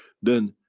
then,